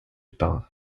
par